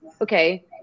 okay